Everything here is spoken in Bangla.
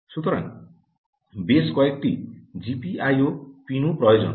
সুতরাং বেশ কয়েকটি জিপিআইও পিনও প্রয়োজন